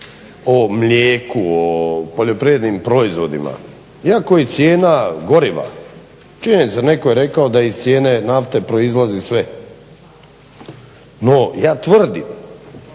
o mlijeku, o poljoprivrednim proizvodima iako i cijena goriva, činjenica neko je rekao da iz cijene nafte proizlazi sve. No, ja tvrdim,